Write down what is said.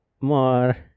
more